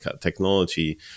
technology